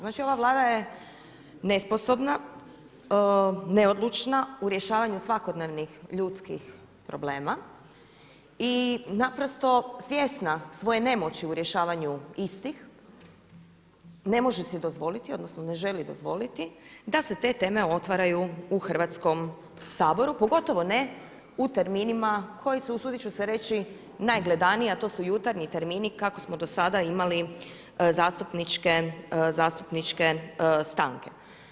Znači ova Vlada je nesposobna, neodlučna u rješavanju svakodnevnih ljudskih problema i naprosto svjesna svoje nemoći u rješavanju istih, ne može si dozvoliti odnosno ne želi dozvoliti da se te teme otvaraju u Hrvatskom saboru pogotovo ne u terminima koji su usudit ću se reći najgledaniji, a to su jutarnji termini kako smo do sada imali zastupničke stanke.